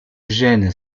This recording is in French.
gène